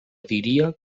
diria